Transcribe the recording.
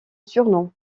surnom